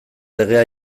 legea